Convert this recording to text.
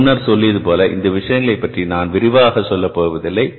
எனவே முன்னர் சொல்லியது போல இந்த விஷயங்களை பற்றி நான் விரிவாக சொல்லப்போவதில்லை